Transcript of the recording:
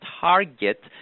target